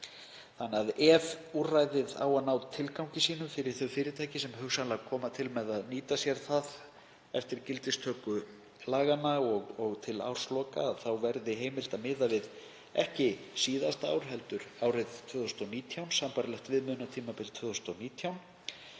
lamasessi. Ef úrræðið á að ná tilgangi sínum fyrir þau fyrirtæki sem hugsanlega koma til með að nýta sér það eftir gildistöku laganna og til ársloka þarf að vera heimilt að miða ekki við síðasta ár heldur árið 2019, sambærilegt viðmiðunartímabil 2019.